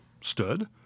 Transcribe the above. stood